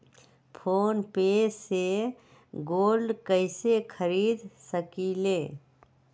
Phone पे से gold कईसे खरीद सकीले?